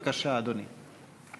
בבקשה, אדוני.